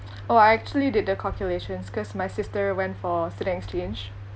oh I actually did the calculations cause my sister went for student exchange